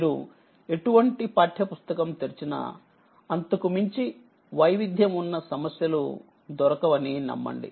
మీరు ఎటువంటి పాఠ్య పుస్తకం తెరిచినా అంతకు మించి వైవిధ్యం ఉన్న సమస్యలు దొరకవని నమ్మండి